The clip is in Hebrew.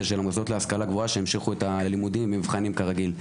המוסדות להשכלה גבוהה שהמשיכו את הלימודים ואת המבחנים כרגיל.